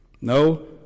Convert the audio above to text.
No